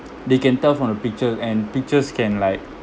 they can tell from the picture and pictures can like